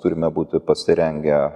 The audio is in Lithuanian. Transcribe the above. turime būti pasirengę